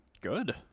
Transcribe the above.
Good